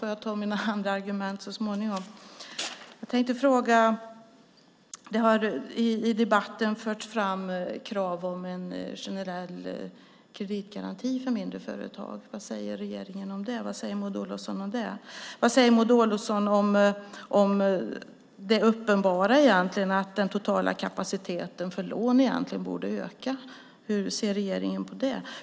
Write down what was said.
Jag får ta mina andra argument så småningom. Det har i debatten förts fram krav på en generell kreditgaranti för mindre företag. Vad säger regeringen och Maud Olofsson om det? Vad säger Maud Olofsson om det uppenbara att den totala kapaciteten för lån egentligen borde öka? Hur ser regeringen på det?